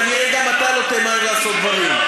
כנראה גם אתה לא תמהר לעשות דברים.